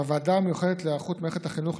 בוועדה המיוחדת להיערכות מערכת החינוך,